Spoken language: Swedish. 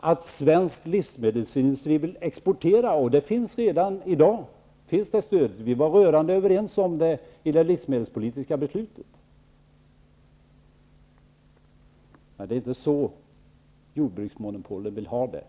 att svensk livsmedelsindustri vill exportera. Det finns redan i dag ett stöd. Vi var rörande överens om det i det livsmedelspolitiska beslutet. Men det är inte så jordbruksmonopolet vill ha det.